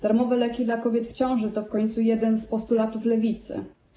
Darmowe leki dla kobiet w ciąży to w końcu jeden z postulatów Lewicy.